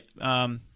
right